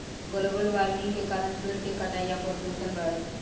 global warming के कारण पेड़ के कटाई आ प्रदूषण बावे